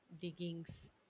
diggings